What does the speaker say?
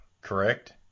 correct